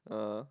ah